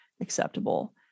acceptable